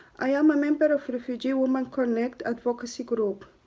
i am a member of refugee women connect's advocacy group.